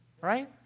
right